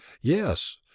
yes